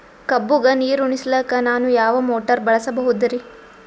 ಕಬ್ಬುಗ ನೀರುಣಿಸಲಕ ನಾನು ಯಾವ ಮೋಟಾರ್ ಬಳಸಬಹುದರಿ?